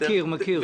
מכיר, מכיר.